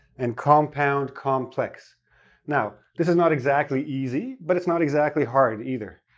and compound-complex. now, this is not exactly easy, but it's not exactly hard, either.